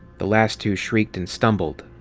the last two shrieked and stumbled.